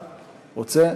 רוצה?